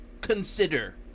consider